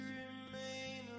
remain